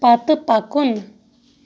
پتہٕ پکُن